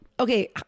Okay